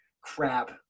Crap